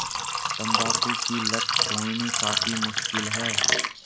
तंबाकू की लत छोड़नी काफी मुश्किल है